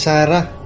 Sarah